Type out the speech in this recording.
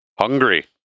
hungry